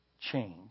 change